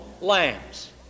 lambs